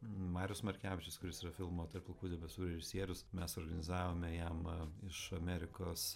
marius markevičius kuris yra filmo tarp pilkų debesų režisierius mes organizavome jam iš amerikos